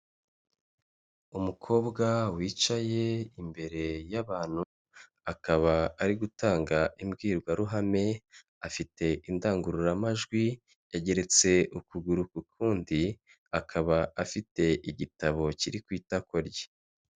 Umukobwa wicaye imbere y'abantu akaba ari gutanga imbwirwaruhame afite indangururamajwi yageretse ukuguru k'ukundi akaba afite igitabo kiri ku itako rye.